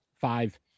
Five